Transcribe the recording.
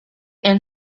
and